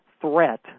threat